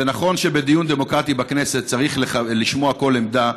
זה נכון שבדיון דמוקרטי בכנסת צריך לשמוע כל עמדה,